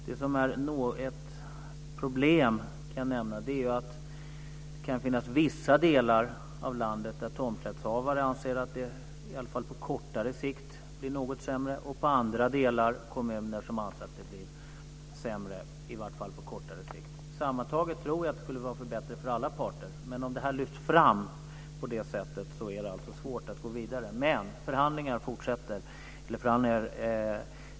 Det som är ett problem, kan jag nämna, är att i vissa delar av landet anser tomträttshavare att det blir något sämre på kortare sikt medan man i andra kommuner anser att det blir bättre på kort sikt. Sammantaget tror jag att det skulle vara bättre för alla parter, men om det lyfts fram på detta sätt är det alltså svårt att gå vidare.